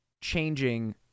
changing